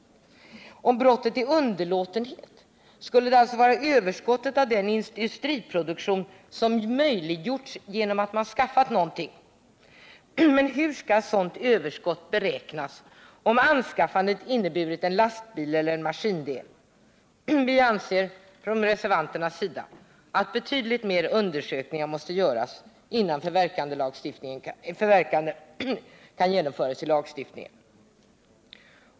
Är brottet underlåtenhet, skulle det alltså vara överskottet av den industriproduktion som möjliggjorts genom att man skaffat något. Hur skall sådant överskott beräknas, om anskaffandet inneburit en lastbil eller en maskindel? Vi reservanter anser att betydligt mer undersökningar måste göras innan regler om förverkande kan införas i lagstiftningen.